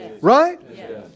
Right